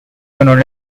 known